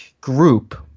group